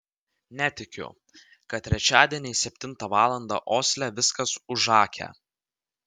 netikiu kad trečiadieniais septintą valandą osle viskas užakę